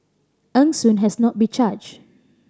Eng Soon has not been charged